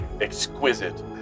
exquisite